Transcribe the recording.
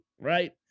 right